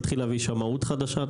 תתחיל להביא שמאות חדשה,